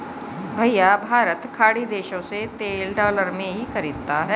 भैया भारत खाड़ी देशों से तेल डॉलर में ही खरीदता है